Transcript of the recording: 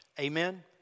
Amen